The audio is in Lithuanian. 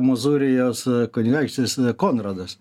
mozūrijos kunigaikštis konradas